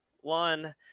one